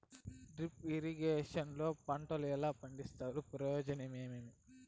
Drip irrigation లో పంటలు ఎలా పండిస్తారు ప్రయోజనం ఏమేమి?